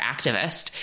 activist